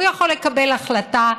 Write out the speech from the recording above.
הוא יכול לקבל החלטה.